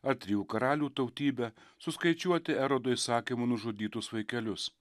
ar trijų karalių tautybę suskaičiuoti erodo įsakymu nužudytus vaikelius